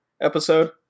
episode